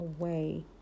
away